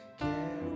care